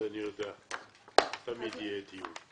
אני יודע שתמיד יהיה דיון.